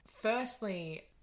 firstly